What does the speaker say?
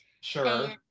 Sure